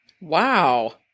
Wow